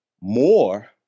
more